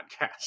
podcast